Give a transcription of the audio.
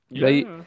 right